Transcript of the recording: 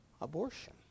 abortion